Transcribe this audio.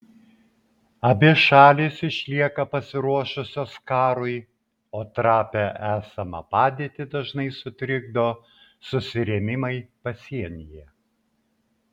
abi šalys išlieka pasiruošusios karui o trapią esamą padėtį dažnai sutrikdo susirėmimai pasienyje